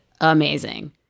amazing